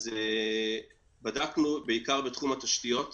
בדקנו בעיקר בתחום התשתיות,